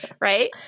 right